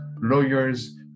lawyers